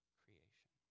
creation